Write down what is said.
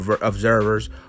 observers